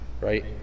right